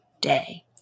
day